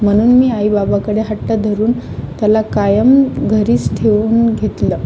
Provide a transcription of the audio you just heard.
म्हणून मी आईबाबाकडे हट्ट धरून त्याला कायम घरीच ठेऊन घेतलं